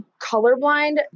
colorblind